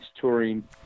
touring